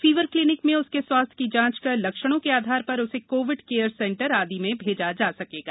fever clinic में उसके स्वास्थ्य की जाँच कर लक्षणों के आधार पर उसे कोविड केयर सेंटर आदि में भेजा जा सकेगा